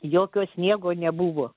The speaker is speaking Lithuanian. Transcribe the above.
jokio sniego nebuvo